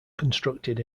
constructed